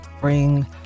bring